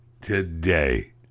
today